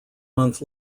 month